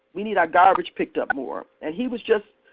we need our garbage picked up more. and he was just,